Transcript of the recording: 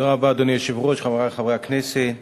אדוני היושב-ראש, תודה רבה, חברי חברי הכנסת,